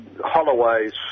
Holloway's